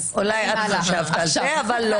אולי את חשבת על זה, אבל לא הועלה.